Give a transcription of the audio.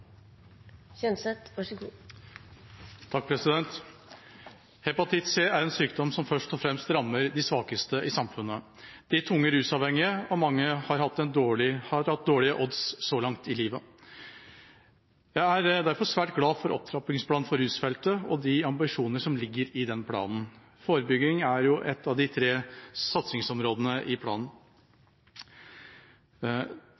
en sykdom som først og fremst rammer de svakeste i samfunnet, de tungt rusavhengige, og mange har hatt dårlige odds så langt i livet. Jeg er derfor svært glad for opptrappingsplanen for rusfeltet og de ambisjoner som ligger i den planen. Forebygging er et av de tre satsingsområdene i planen.